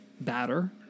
batter